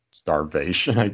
starvation